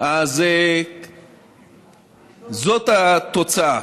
זאת התוצאה.